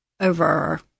over